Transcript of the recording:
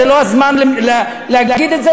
זה לא הזמן להגיד את זה,